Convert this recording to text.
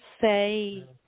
say